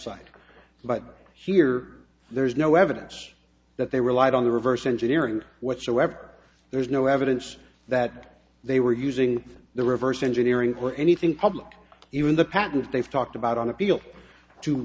side but here there is no evidence that they relied on the reverse engineering whatsoever there's no evidence that they were using the reverse engineering or anything public even the patent they've talked about on appeal to